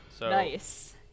Nice